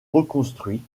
reconstruit